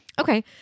Okay